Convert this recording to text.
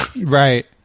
Right